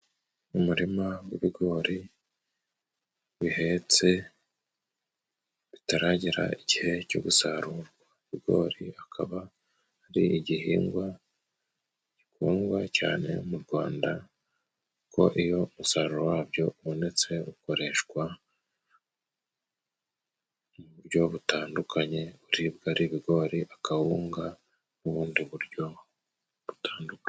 Umuririma w'ibigori bihetse bitaragera igihe cyo gusarurwa. Ibigori akaba ari igihingwa gikundwa cyane mu Rwanda kuko iyo umusaruro wabyo ubonetse, ukoreshwa mu buryo butandukanye. Kuribwa ari ibigori akawunga n'ubundi buryo butandukanye.